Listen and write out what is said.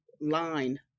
line